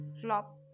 flop